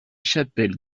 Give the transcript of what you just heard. chapelle